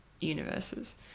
universes